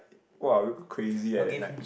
!wow! we go crazy ah that night